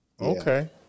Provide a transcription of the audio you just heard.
Okay